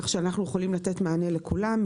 כך שאנחנו יכולים לתת מענה לכולם.